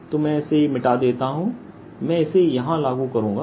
तो मैं इसे मिटा देता हूं मैं इसे यहां लागू करूंगा